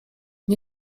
nie